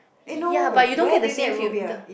ya but you don't get the same feel the